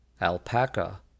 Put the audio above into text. alpaca